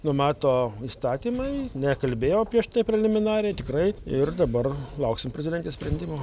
numato įstatymai nekalbėjau prieš tai preliminariai tikrai ir dabar lauksim prezidentės sprendimų